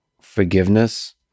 forgiveness